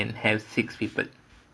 and we can have six people